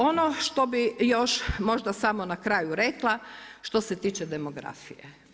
Ono što bih još možda samo na kraju rekla, što se tiče demografije.